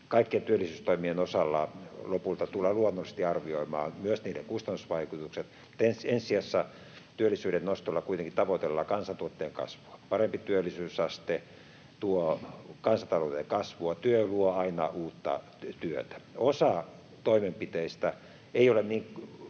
Kaikkien työllisyystoimien osalta lopulta tullaan luonnollisesti arvioimaan myös niiden kustannusvaikutukset, mutta ensi sijassa työllisyyden nostolla kuitenkin tavoitellaan kansantuotteen kasvua. Parempi työllisyysaste tuo kansantaloudelle kasvua. Työ luo aina uutta työtä. Osa toimenpiteistä ei ole niin